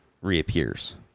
reappears